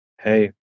hey